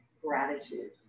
gratitude